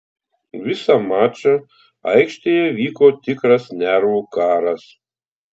visą mačą aikštėje vyko tikras nervų karas